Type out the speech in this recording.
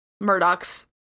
Murdoch's